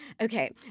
Okay